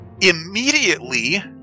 immediately